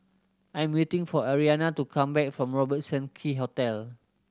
I am waiting for Arianna to come back from Robertson Quay Hotel